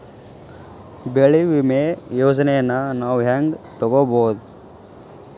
ಬೆಳಿ ವಿಮೆ ಯೋಜನೆನ ನಾವ್ ಹೆಂಗ್ ತೊಗೊಬೋದ್?